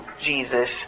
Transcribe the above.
Jesus